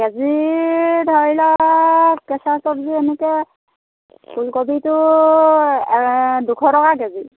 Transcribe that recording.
কে G ধৰি লওক কেঁচা চব্জি এনেকৈ ফুলকবিটো দুশ টকা কে জি